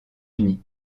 unis